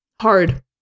hard